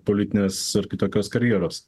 politinės ar kitokios karjeros